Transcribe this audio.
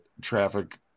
traffic